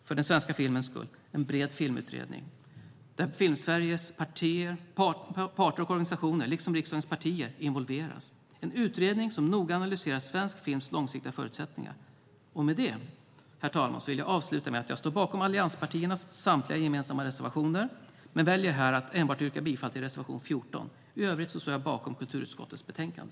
För den svenska filmens skull behövs det en bred filmutredning där Filmsveriges parter och organisationer liksom riksdagens partier involveras, en utredning som noga analyserar svensk films långsiktiga förutsättningar. Med det, herr talman, vill jag avsluta med att säga att jag står bakom allianspartiernas samtliga gemensamma reservationer men väljer att yrka bifall enbart till reservation 14. I övrigt står jag bakom kulturutskottets betänkande.